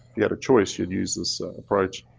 you had a choice, you'd use this approach.